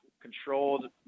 controlled